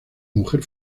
mujer